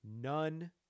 none